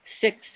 six